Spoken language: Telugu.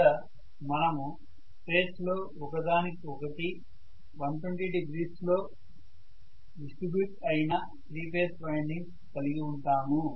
ఇక్కడ మనము స్పేస్ లో ఒక దానికి ఒకటి 120 డిగ్రీస్ లో డిస్ట్రిబ్యూట్ అయిన 3 ఫేజ్ వైండింగ్స్ కలిగి ఉంటాము